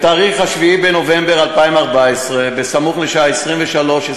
בתאריך 7 בנובמבר 2014, בסמוך לשעה 23:20,